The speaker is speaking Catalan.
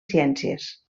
ciències